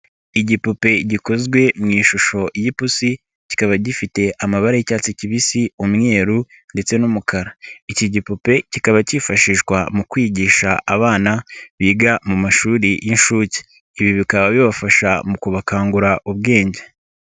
Igipupe gikozwe mu ishusho y'ipusi kikaba gifite amabara y'icyatsi kibisi, umweru ndetse n'umukara, iki gipupe kikaba cyifashishwa mu kwigisha abana biga mu mashuri y'inshuke, ibi bikaba bibafasha mu kubakangura ubwenge.